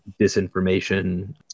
Disinformation